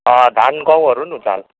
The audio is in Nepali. अँ धान गहुँहरू हुन्छ होला